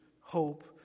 hope